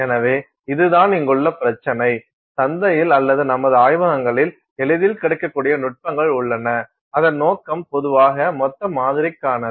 எனவே இதுதான் இங்குள்ள பிரச்சினை சந்தையில் அல்லது நமது ஆய்வகங்களில் எளிதில் கிடைக்கக்கூடிய நுட்பங்கள் உள்ளன அதன் நோக்கம் பொதுவாக மொத்த மாதிரிக்கானது